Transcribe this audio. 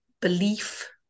belief